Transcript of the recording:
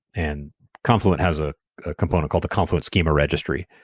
and confluent has a component called the confluent schema registry,